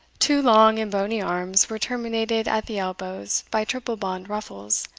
two long and bony arms were terminated at the elbows by triple blond ruffles,